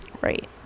Right